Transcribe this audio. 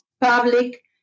public